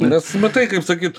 nes matai kaip sakyt